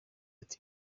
ati